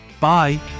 Bye